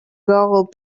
gold